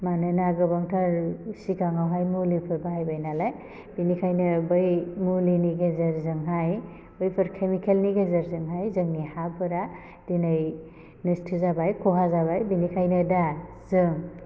मानोना गोबांथार सिगाङावहाय मुलिफोर बाहायबाय नालाय बेनिखायनो बै मुलिनि गेजेरजोंहाय बैफोर केमिकेलनि गेजेरजोंहाय जोंनि हाफोरा दिनै नस्थ' जाबाय खहा जाबाय बेनिखायनो दा जों